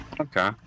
Okay